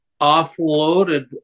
offloaded